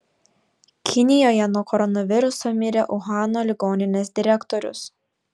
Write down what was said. kinijoje nuo koronaviruso mirė uhano ligoninės direktorius